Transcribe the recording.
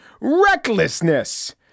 recklessness